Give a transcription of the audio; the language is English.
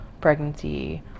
pregnancy